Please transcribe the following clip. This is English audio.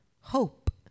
hope